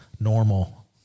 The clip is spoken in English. normal